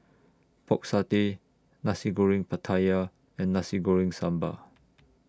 Pork Satay Nasi Goreng Pattaya and Nasi Goreng Sambal